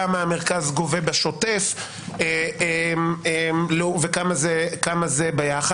כמה המרכז גובה בשוטף וכמה זה ביחס?